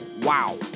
Wow